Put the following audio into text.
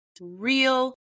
real